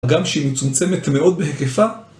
גם שהיא מצומצמת מאוד בהיקפה.